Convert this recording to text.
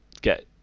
get